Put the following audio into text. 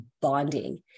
bonding